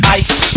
ice